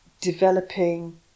developing